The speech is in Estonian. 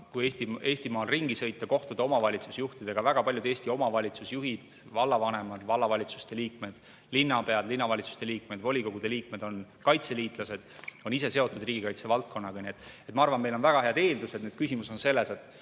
kui Eestimaal ringi sõita ja kohtuda omavalitsusjuhtidega, siis on näha, et väga paljud Eesti omavalitsusjuhid, vallavanemad, vallavalitsuste liikmed, linnapead, linnavalitsuste liikmed ja volikogude liikmed on kaitseliitlased, nad on ise seotud riigikaitse valdkonnaga. Nii et ma arvan, meil on väga head eeldused. Nüüd, küsimus on selles, et